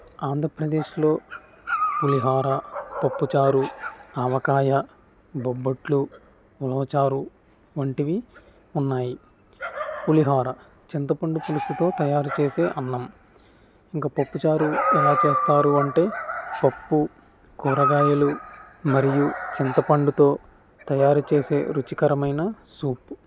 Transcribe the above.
ఆంధ్రప్రదేశ్లో పులిహోార పప్పుచారు ఆవకాయ బొబ్బట్లు ఉలవచారు వంటివి ఉన్నాయి పులిహోార చింతపండు పులుసుతో తయారు చేసే అన్నం ఇంకా పప్పుచారు ఎలా చేస్తారు అంటే పప్పు కూరగాయలు మరియు చింతపండుతో తయారు చేసే రుచికరమైన సూపు